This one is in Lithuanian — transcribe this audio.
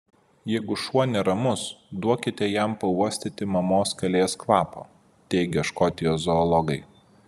jeigu šuo neramus duokite jam pauostyti mamos kalės kvapo teigia škotijos zoologai